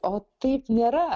o taip nėra